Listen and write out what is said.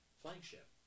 flagship